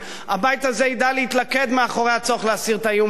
הבית הזה ידע להתלכד מאחורי הצורך להסיר את האיום האירני.